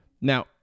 Now